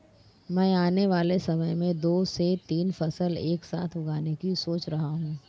मैं आने वाले समय में दो से तीन फसल एक साथ उगाने की सोच रहा हूं